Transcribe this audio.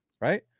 Right